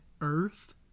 earth